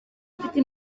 mfite